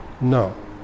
No